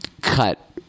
cut